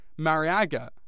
Mariaga